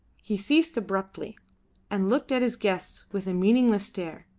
he ceased abruptly and looked at his guests with a meaningless stare.